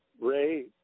Ray